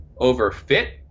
overfit